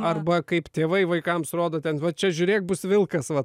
arba kaip tėvai vaikams rodo ten va čia žiūrėk bus vilkas va